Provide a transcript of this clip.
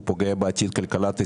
הוא פוגע בעתיד כלכלת ישראל,